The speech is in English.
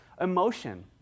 emotion